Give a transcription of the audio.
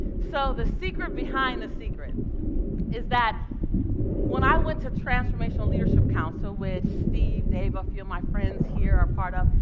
so the secret behind the secret is that when i went to transformational leadership council, which steve, dave, a few of my friends here are part of,